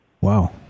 Wow